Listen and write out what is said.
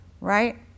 Right